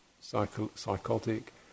psychotic